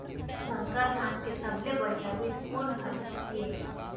संकर धान के सबले बढ़िया बीज कोन हर ये?